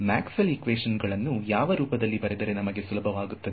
Maxwell equation ಗಳನ್ನು ಯಾವ ರೂಪದಲ್ಲಿ ಬರೆದರೆ ನಮಗೆ ಸುಲಭವಾಗುತ್ತದೆ